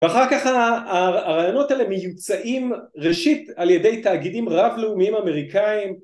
ואחר כך הרעיונות האלה מיוצאים ראשית על ידי תאגידים רב לאומיים אמריקאים